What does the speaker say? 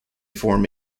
form